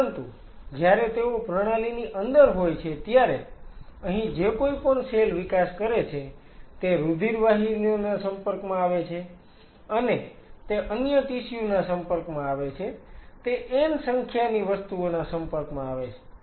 પરંતુ જ્યારે તેઓ પ્રણાલીની અંદર હોય છે ત્યારે અહી જે કોઈ પણ સેલ વિકાસ કરે છે તે રુધિરવાહિનીઓના સંપર્કમાં આવે છે અને તે અન્ય ટિશ્યુ ના સંપર્કમાં આવે છે તે n સંખ્યાની વસ્તુઓના સંપર્કમાં આવે છે